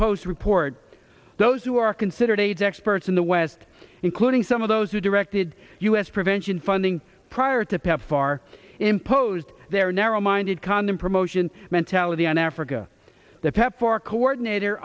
post report those who are considered aids experts in the west including some of those who directed us prevention funding prior to pepfar imposed their narrow minded condom promotion mentality on africa that pepfar coordinator